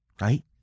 right